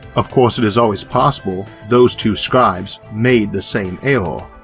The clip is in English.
of course it is always possible those two scribes made the same error,